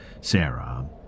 Sarah